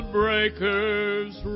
breakers